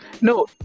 No